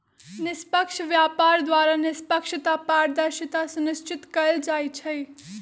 निष्पक्ष व्यापार द्वारा निष्पक्षता, पारदर्शिता सुनिश्चित कएल जाइ छइ